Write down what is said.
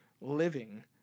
living